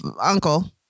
uncle